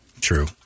True